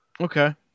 Okay